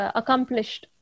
accomplished